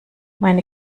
meine